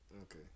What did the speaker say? Okay